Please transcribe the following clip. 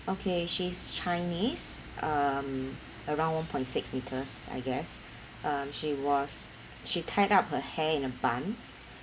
okay she's chinese um around one point six meters I guess uh she was she tied up her hair in a bun